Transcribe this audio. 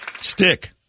stick